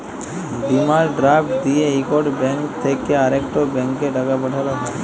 demand draft দিঁয়ে ইকট bank থ্যাইকে আরেকট ব্যাংকে টাকা পাঠাল হ্যয়